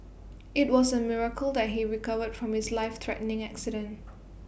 IT was A miracle that he recovered from his life threatening accident